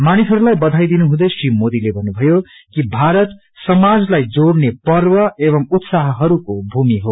मानिसहरूलाई बयाई दिनुहुँदै श्री मोदीले भन्नुभयो कि भारत भूमि समालाइ जोड़ने पर्व एवं उत्सवहरूको भूमि हो